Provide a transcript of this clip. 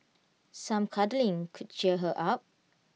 some cuddling could cheer her up